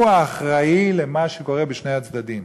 הוא האחראי למה שקורה בשני הצדדים.